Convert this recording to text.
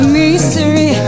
mystery